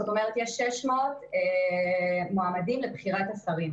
זאת אומרת יש 600 מועמדים לבחירת השרים